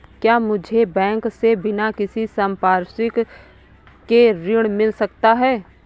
क्या मुझे बैंक से बिना किसी संपार्श्विक के ऋण मिल सकता है?